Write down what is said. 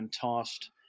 tossed